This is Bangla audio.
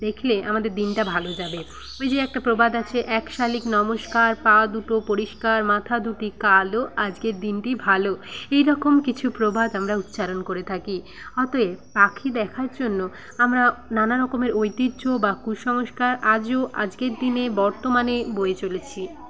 দেখলে আমাদের দিনটা ভালো যাবে ওই যে একটা প্রবাদ আছে এক শালিক নমস্কার পা দুটো পরিষ্কার মাথা দুটি কালো আজকের দিনটি ভালো এই রকম কিছু প্রবাদ আমরা উচ্চারণ করে থাকি অতএব পাখি দেখার জন্য আমরা নানা রকমের ঐতিহ্য বা কুসংস্কার আজও আজকের দিনে বর্তমানে বয়ে চলেছি